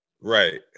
Right